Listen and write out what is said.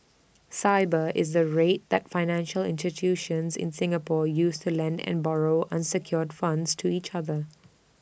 Sibor is the rate that financial institutions in Singapore use to lend and borrow unsecured funds to each other